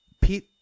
Pete